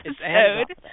episode